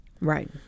Right